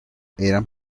eran